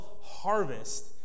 harvest